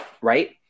right